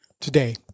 today